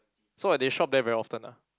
so what they shop there very often ah